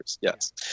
yes